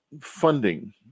funding